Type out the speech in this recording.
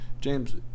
james